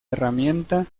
herramienta